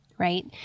Right